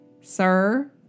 Sir